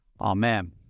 Amen